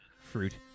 fruit